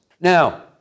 Now